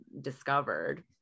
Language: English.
discovered